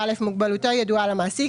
מוגבלותו ידועה למעסיק,